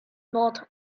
not